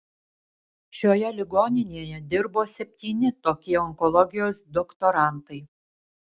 šioje ligoninėje dirbo septyni tokie onkologijos doktorantai